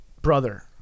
Brother